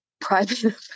private